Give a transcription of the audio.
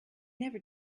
never